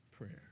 prayer